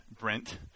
Brent